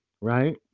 Right